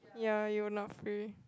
ya you not free